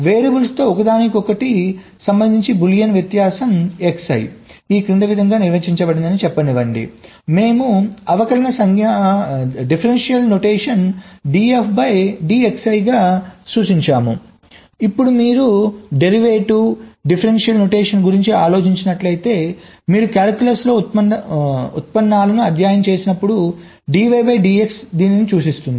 వేరియబుల్స్లో ఒకదానికి సంబంధించి బూలియన్ వ్యత్యాసం Xi ఈ క్రింది విధంగా నిర్వచించబడిందని చెప్పనివ్వండి మేము అవకలన సంజ్ఞామానం df dxi గా సూచించాము ఇప్పుడు మీరు ఉత్పన్నం అవకలన సంజ్ఞామానం గురించి ఆలోచించినట్లయితే మీరు కాలిక్యులస్లో ఉత్పన్నాలను అధ్యయనం చేసినప్పుడు dy dx దేనిని సూచిస్తుంది